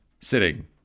sitting